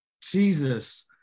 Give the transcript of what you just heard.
Jesus